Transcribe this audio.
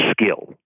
skill